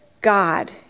God